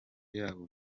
yabo